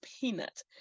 peanut